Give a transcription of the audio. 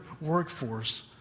workforce